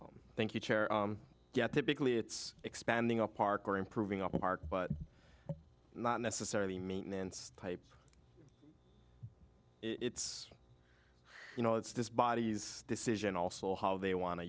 me thank you get typically it's expanding a park or improving our park but not necessarily maintenance type it's you know it's just bodies decision also how they want to